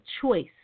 choice